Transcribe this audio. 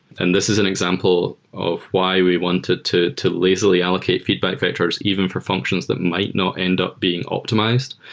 and this is an example of why we wanted to to lazily allocate feedback vectors even for functions that might not end up being optimized,